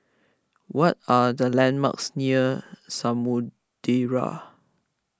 what are the landmarks near Samudera